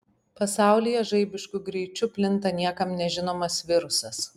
pasaulyje žaibišku greičiu plinta niekam nežinomas virusas